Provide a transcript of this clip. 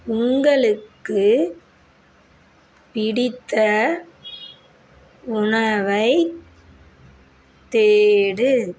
உங்களுக்கு பிடித்த உணவைத் தேடு